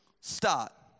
start